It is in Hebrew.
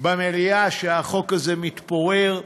במליאה שהחוק הזה מתפורר,